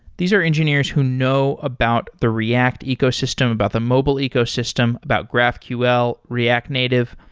these are engineers who know about the react ecosystem, about the mobile ecosystem, about graphql, react native.